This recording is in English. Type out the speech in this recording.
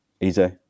Easy